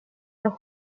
los